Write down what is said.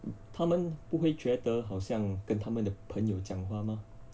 他们不会觉得好像跟他们的朋友讲话吗